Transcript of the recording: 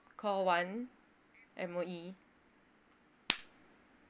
call one M_O_E